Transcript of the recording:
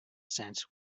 sense